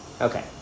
Okay